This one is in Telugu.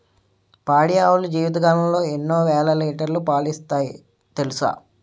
పాడి ఆవులు జీవితకాలంలో ఎన్నో వేల లీటర్లు పాలిస్తాయి తెలుసా